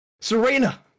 Serena